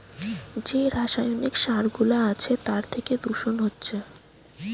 যে রাসায়নিক সার গুলা আছে তার থিকে দূষণ হচ্ছে